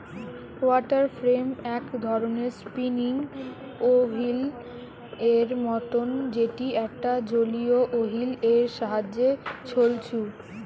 water frame এক ধরণের spinning wheel এর মতন যেটি একটা জলীয় ওহীল এর সাহায্যে ছলছু